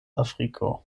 afriko